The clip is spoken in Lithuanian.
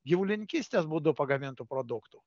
gyvulininkystės būdu pagamintų produktų